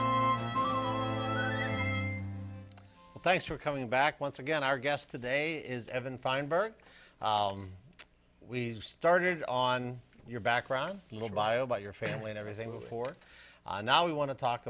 org thanks for coming back once again our guest today is evan feinberg we started on your background little bio by your family and everything before and now we want to talk